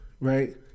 Right